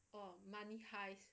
oh money heist